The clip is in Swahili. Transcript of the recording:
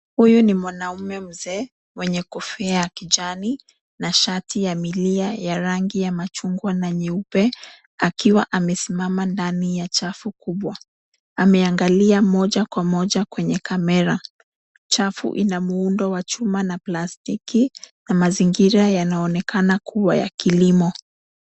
Huyu ni mwanaume mzee mwenye kofia ya kijani na shati ya milia ya rangi ya machungwa na nyeupe akiwa amesimama ndani ya chafu kubwa. Ame angalia moja kwa moja kwenye kamera, chafu ina muundo wa chuma na plastiki na mazingira yanaonekana kuwa ya kilimo.